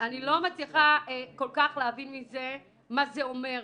אני לא מצליחה כל כך להבין מזה מה זה אומר.